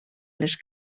les